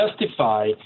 justify